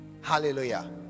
hallelujah